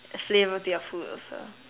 a flavour to your food also